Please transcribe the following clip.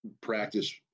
practice